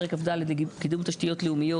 פרק כ"ד קידום תשתיות לאומיות